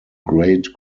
great